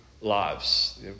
lives